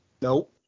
Nope